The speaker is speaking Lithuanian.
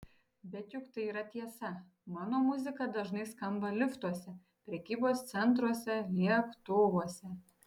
bet juk tai yra tiesa mano muzika dažnai skamba liftuose prekybos centruose lėktuvuose